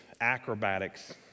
acrobatics